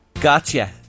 Gotcha